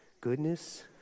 goodness